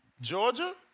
Georgia